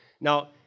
Now